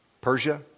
Persia